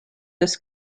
this